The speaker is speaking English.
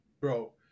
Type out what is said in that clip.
Bro